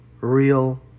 real